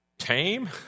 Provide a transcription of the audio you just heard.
tame